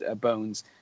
Bones